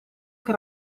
che